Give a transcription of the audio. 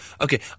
Okay